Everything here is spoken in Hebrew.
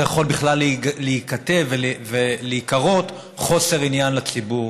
יכול בכלל להיכתב ולהיקרא: חוסר עניין לציבור.